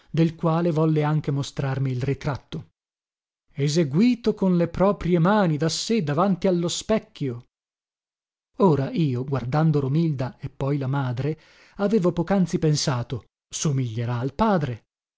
del quale volle anche mostrarmi il ritratto eseguito con le proprie mani da sé davanti allo specchio ora io guardando romilda e poi la madre avevo pocanzi pensato somiglierà al padre